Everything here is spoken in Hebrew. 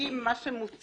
האם מה שמוצע,